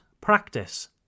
practice